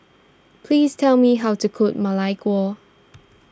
please tell me how to cook Ma Lai Gao